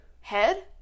head